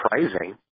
surprising